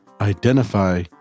identify